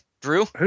Drew